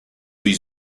his